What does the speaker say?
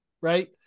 right